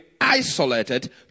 isolated